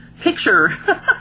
picture